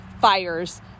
fires